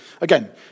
again